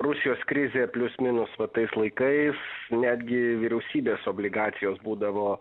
rusijos krizė plius minus va tais laikais netgi vyriausybės obligacijos būdavo